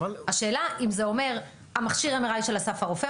השאלה אם זה אומר מכשיר ה-MRI של אסף הרופא,